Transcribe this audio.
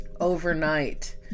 overnight